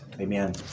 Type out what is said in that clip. Amen